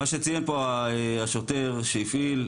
מה שציין פה השוטר שהפעיל,